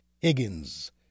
Higgins